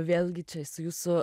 vėlgi čia su jūsų